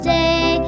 day